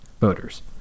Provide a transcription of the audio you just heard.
voters